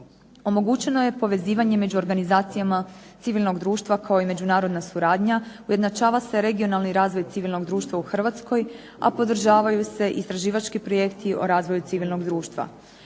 Omogućeno je povezivanje među organizacijama civilnog društva kao i međunarodna suradnja, ujednačava se regionalni razvoj civilnog društva u Hrvatskoj, a podržavaju se istraživački projekti o razvoju civilnog društva.